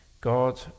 God